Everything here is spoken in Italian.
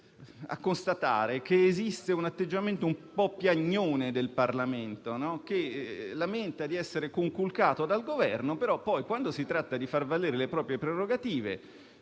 a constatare che esiste un atteggiamento un po' piagnone del Parlamento, che lamenta di essere conculcato dal Governo, ma poi, quando si tratta di far valere le proprie prerogative,